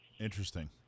Interesting